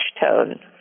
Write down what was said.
tone